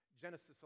Genesis